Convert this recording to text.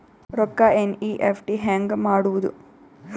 ರೊಕ್ಕ ಎನ್.ಇ.ಎಫ್.ಟಿ ಹ್ಯಾಂಗ್ ಮಾಡುವುದು?